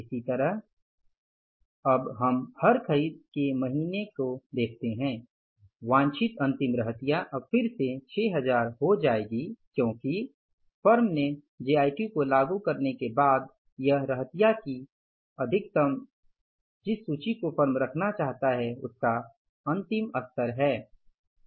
इसी तरह अब हम हर खरीद के महीने के लिए देखते हैं वांछित अंतिम रहतिया अब फिर से 6000 हो जाएगी क्योंकि फर्म में जेआईटी को लागू करने के बाद यह रहतिया की अधिकतम जिस सूची को फर्म रखना चाहता है उसका अंतिम स्तर है